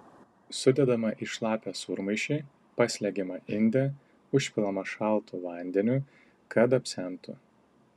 sudedama į šlapią sūrmaišį paslegiama inde užpilama šaltu vandeniu kad apsemtų